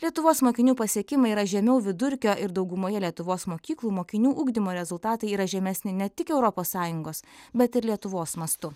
lietuvos mokinių pasiekimai yra žemiau vidurkio ir daugumoje lietuvos mokyklų mokinių ugdymo rezultatai yra žemesni ne tik europos sąjungos bet ir lietuvos mastu